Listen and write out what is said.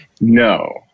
No